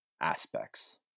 aspects